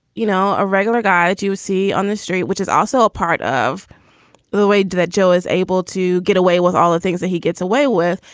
you know, a regular guy and you you see on the street, which is also a part of the way that joe is able to get away with all the things that he gets away with.